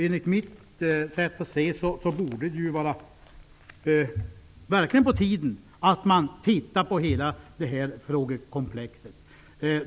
Enligt mitt sätt att se borde det verkligen vara på tiden att man tittar på hela detta frågekomplex.